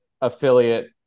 affiliate